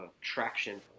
traction